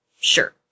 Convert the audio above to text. sure